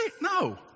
no